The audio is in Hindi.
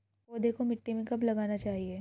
पौधे को मिट्टी में कब लगाना चाहिए?